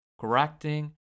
correcting